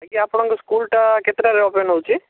ଆଜ୍ଞା ଆପଣଙ୍କ ସ୍କୁଲଟା କେତେଟାରେ ଓପନ ହେଉଛି